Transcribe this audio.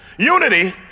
Unity